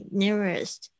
nearest